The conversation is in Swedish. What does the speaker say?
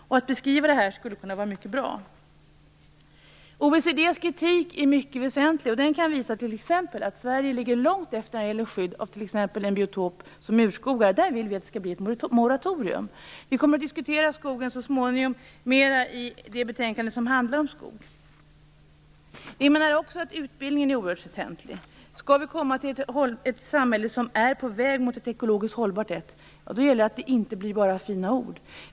En sådan beskrivning skulle alltså vara mycket bra. OECD:s kritik är högst väsentlig. Den visar t.ex. att Sverige ligger långt efter när det gäller skyddet av exempelvis en sådan biotop som urskogen. Där vill vi ha ett moratorium. Vi kommer så småningom att mera diskutera frågan i ett betänkande som handlar om skogen. Utbildningen är också oerhört väsentlig. För att uppnå ett samhälle som är på väg mot det ekologiskt hållbara gäller det att det inte stannar vid fina ord.